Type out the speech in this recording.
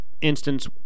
instance